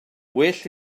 well